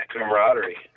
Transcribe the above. camaraderie